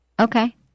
Okay